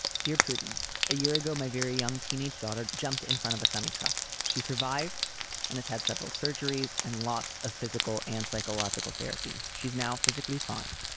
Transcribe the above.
dear prudence. a year ago, my very young teenage daughter jumped in front of a semi-truck. she survived and has had several surgeries and lots of physical and psychological therapy. she's now physically fine.